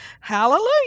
hallelujah